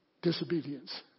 Disobedience